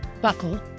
buckle